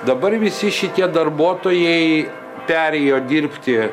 dabar visi šitie darbuotojai perėjo dirbti